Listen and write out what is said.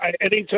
Anytime